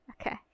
Okay